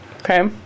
Okay